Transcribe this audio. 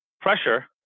pressure